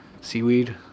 seaweed